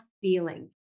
feeling